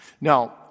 Now